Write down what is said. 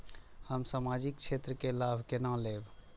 हम सामाजिक क्षेत्र के लाभ केना लैब?